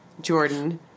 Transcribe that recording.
Jordan